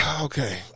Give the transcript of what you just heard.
okay